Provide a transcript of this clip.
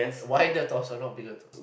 wider torso not bigger torso